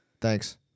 Thanks